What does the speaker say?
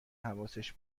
حواسش